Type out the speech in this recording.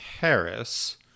Harris